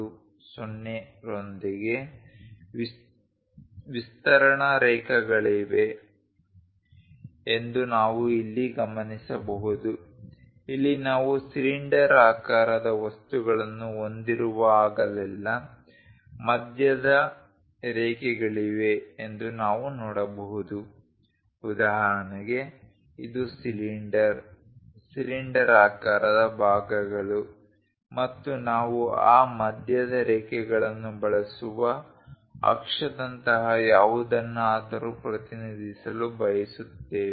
20 ರೊಂದಿಗೆ ವಿಸ್ತರಣಾ ರೇಖೆಗಳಿವೆ ಎಂದು ನಾವು ಇಲ್ಲಿ ಗಮನಿಸಬಹುದು ಇಲ್ಲಿ ನಾವು ಸಿಲಿಂಡರಾಕಾರದ ವಸ್ತುಗಳನ್ನು ಹೊಂದಿರುವಾಗಲೆಲ್ಲಾ ಮಧ್ಯದ ರೇಖೆಗಳಿವೆ ಎಂದು ನಾವು ನೋಡಬಹುದು ಉದಾಹರಣೆಗೆ ಇದು ಸಿಲಿಂಡರ್ ಸಿಲಿಂಡರಾಕಾರದ ಭಾಗಗಳು ಮತ್ತು ನಾವು ಆ ಮಧ್ಯದ ರೇಖೆಗಳನ್ನು ಬಳಸುವ ಅಕ್ಷದಂತಹ ಯಾವುದನ್ನಾದರೂ ಪ್ರತಿನಿಧಿಸಲು ಬಯಸುತ್ತೇವೆ